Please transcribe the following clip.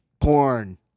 porn